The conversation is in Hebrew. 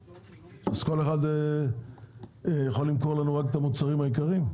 אז כל אחד יכול למכור לנו רק את המוצרים היקרים?